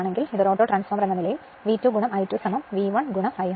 അതിനാൽ ഇത് ഒരു ഓട്ടോ ട്രാൻസ്ഫോർമർ എന്ന നിലയിൽ V2 I2 V1 I ആണ്